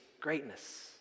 greatness